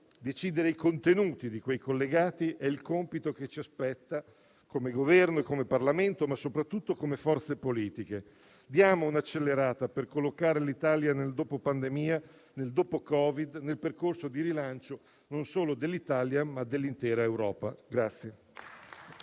Decidere i contenuti di quei collegati è il compito che ci aspetta, come Governo e come Parlamento, ma soprattutto come forze politiche. Diamo un'accelerata, per collocare l'Italia, nel dopo pandemia e nel dopo Covid, in un percorso di rilancio, non solo dell'Italia, ma dell'intera Europa.